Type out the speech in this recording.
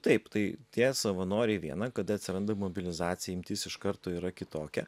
taip tai tie savanoriai viena kada atsiranda mobilizacija imtis iš karto yra kitokia